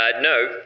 No